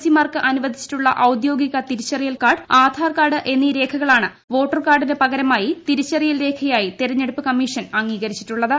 C mark അനുവദിച്ചിട്ടുള്ള ഔദ്യോഗിക തിരിച്ചറിയൽ കാർഡ് ആധാർ കാർഡ് എന്നീ രേഖകളാണ് വോട്ടർ കാർഡിനു പകരമായി തിരിച്ചറിയൽ രേഖയായി തിരഞ്ഞെടുപ്പ് കമ്മീഷൻ അംഗീകരിച്ചിട്ടുള്ളത്